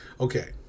Okay